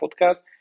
podcast